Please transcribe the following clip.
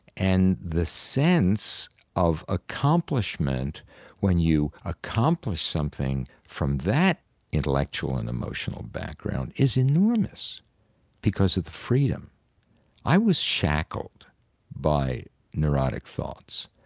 and the sense of accomplishment when you accomplish something from that intellectual and emotional background is enormous because of the freedom i was shackled by neurotic thoughts,